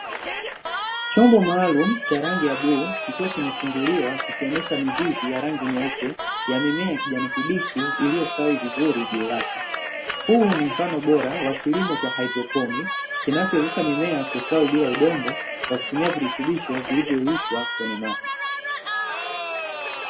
Chombo maalumu cha rangi ya bluu kikiwa kimefunguliwa kikionyesha mizizi ya rangi nyeupe, ya mimea ya kijani kibichi iliyostawi vizuri juu yake. Huu ni mfano bora wa kilimo cha haidroponi, kinachowezesha mimea kustawi bila udongo, kwa kutumia virutubisho vilivyoyeyushwa kwenye maji.